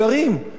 אם אין בנייה,